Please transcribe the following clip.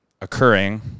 occurring